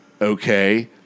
okay